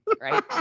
Right